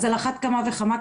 אז על אחת כמה וכמה,